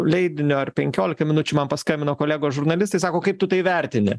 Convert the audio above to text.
leidinio ar penkiolika minučių man paskambino kolegos žurnalistai sako kaip tu tai vertini